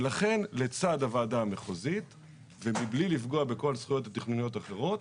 לכן לצד הוועדה המחוזית ומבלי לפגוע בכל הזכויות התכנוניות האחרות,